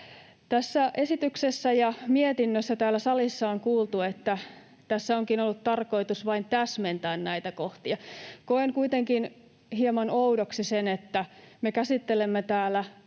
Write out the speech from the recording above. tässä esityksessä ja mietinnössä onkin ollut tarkoitus vain täsmentää näitä kohtia. Koen kuitenkin hieman oudoksi sen, että me käsittelemme täällä